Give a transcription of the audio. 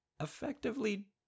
effectively